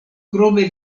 krome